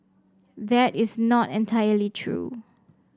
that is not entirely true